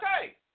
okay